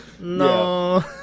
No